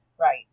Right